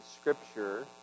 Scripture